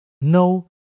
no